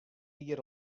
jier